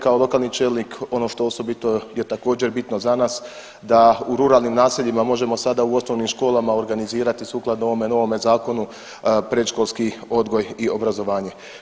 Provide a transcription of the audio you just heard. Kao lokalni čelnik ono što osobito je također bitno za nas, da u ruralnim naseljima možemo sada u osnovnim školama organizirati sukladno ovome novome zakonu predškolski odgoj i obrazovanje.